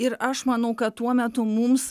ir aš manau kad tuo metu mums